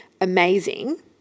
amazing